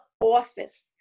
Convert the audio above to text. office